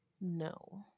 No